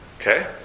Okay